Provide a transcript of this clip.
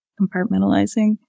compartmentalizing